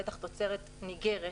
בטח תוצרת ניגרת